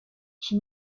qui